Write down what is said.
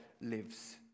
lives